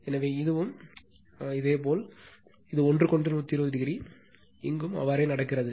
எனவே இதுவும் இதேபோல் இது ஒன்றுக்கொன்று 120o அவ்வாறே நடக்கிறது